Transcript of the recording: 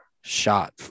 shot